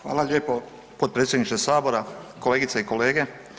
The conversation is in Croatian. Hvala lijepo potpredsjedniče Sabora, kolegice i kolege.